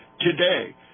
Today